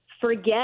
forget